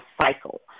cycle